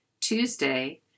Tuesday